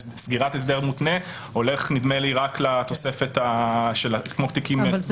למשל, סגירת הסדר מותנה הולכת כמו תיקים סגורים.